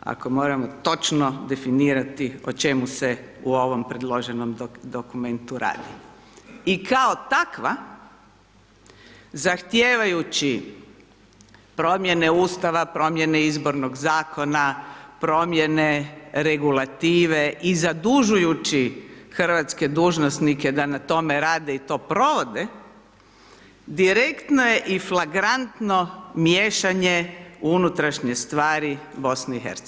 ako moramo točno definirati o čemu se u ovom predloženom dokumentu radi i kao takva zahtijevajući promjene ustava, promjene izbornog zakona, promjene regulative i zadužujući hrvatske dužnosnike da na tome rade i to provode direktno i flagrantno miješanje u unutrašnje stvari BiH.